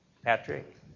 Patrick